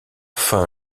fin